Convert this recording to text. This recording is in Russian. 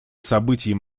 событий